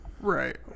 right